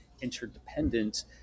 interdependent